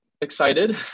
excited